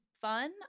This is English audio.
fun